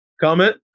comment